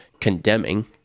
condemning